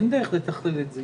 אין דרך לתחלל את זה.